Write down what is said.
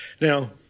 Now